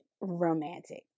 Romantic